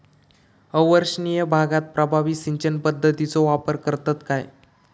अवर्षणिय भागात प्रभावी सिंचन पद्धतीचो वापर करतत काय?